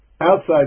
outside